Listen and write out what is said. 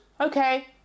okay